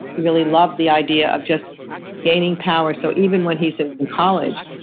he really loved the idea of just gaining power. so even when he's ah in college,